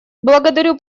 благодарю